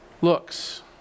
looks